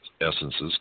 essences